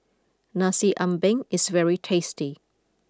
Nasi Ambeng is very tasty